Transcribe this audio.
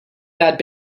that